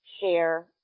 share